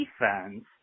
defense